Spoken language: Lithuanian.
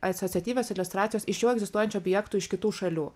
asociatyvios iliustracijos iš jau egzistuojančių objektų iš kitų šalių